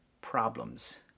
problems